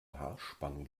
haarspange